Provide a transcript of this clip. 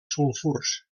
sulfurs